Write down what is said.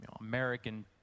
American